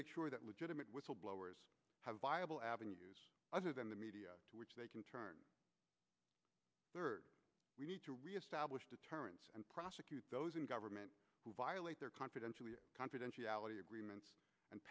make sure that legitimate whistleblowers have viable avenues other than the media which they can turn third we need to reestablish deterrence and prosecute those in government who violate their confidential confidentiality agreements and